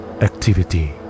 activity